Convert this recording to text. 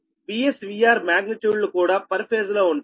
VS VR magnitude లు కూడా per phase లో ఉంటాయి